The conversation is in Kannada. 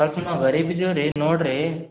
ನೋಡ್ರೀ